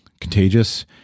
contagious